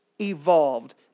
evolved